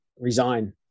resign